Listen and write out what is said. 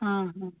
हाँ हाँ